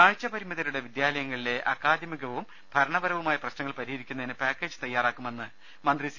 കാഴ്ചപരിമിതരുടെ വിദ്യാലയങ്ങളിലെ അക്കാദമികവും ഭരണപരവു മായ പ്രശ്നങ്ങൾ പരിഹരിക്കുന്നതിന് പാക്കേജ് തയാറാക്കുമെന്ന് മന്ത്രി സി